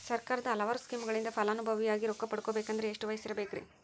ಸರ್ಕಾರದ ಹಲವಾರು ಸ್ಕೇಮುಗಳಿಂದ ಫಲಾನುಭವಿಯಾಗಿ ರೊಕ್ಕ ಪಡಕೊಬೇಕಂದರೆ ಎಷ್ಟು ವಯಸ್ಸಿರಬೇಕ್ರಿ?